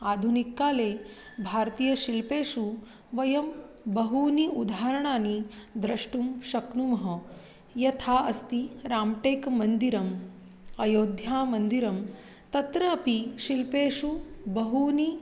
आधुनिककाले भारतीयशिल्पेषु वयं बहूनि उदाहरणानि द्रष्टुं शक्नुमः यथा अस्ति रामटेकमन्दिरम् अयोध्यामन्दिरं तत्र अपि शिल्पेषु बहूनि